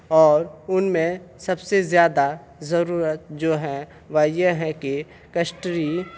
اور ان میں سب سے زیادہ ضرورت جو ہے وہ یہ ہے کہ کسٹری